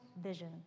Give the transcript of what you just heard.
vision